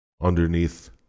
underneath